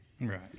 right